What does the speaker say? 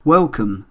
Welcome